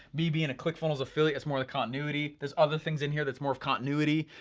bb and a clickfunnels affiliate, that's more the continuity, there's other things in here that's more of continuity,